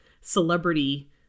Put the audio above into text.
celebrity